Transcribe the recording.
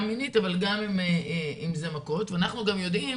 גם מינית אבל גם אם זה מכות ואנחנו גם יודעים